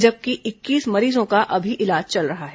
जबकि इक्कीस मरीजों का अभी इलाज चल रहा है